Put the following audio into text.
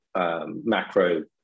macro